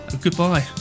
goodbye